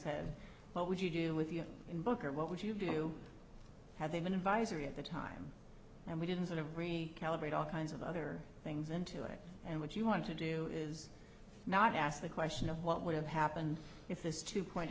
said what would you do with your book or what would you do had they been advised or at the time and we didn't sort of re calibrate all kinds of other things into it and what you want to do is not ask the question of what would have happened if this two point